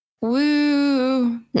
Woo